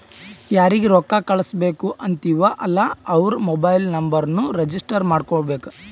ಯಾರಿಗ ರೊಕ್ಕಾ ಕಳ್ಸುಬೇಕ್ ಅಂತಿವ್ ಅಲ್ಲಾ ಅವ್ರ ಮೊಬೈಲ್ ನುಂಬರ್ನು ರಿಜಿಸ್ಟರ್ ಮಾಡ್ಕೋಬೇಕ್